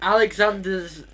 Alexander's